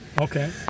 Okay